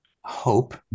hope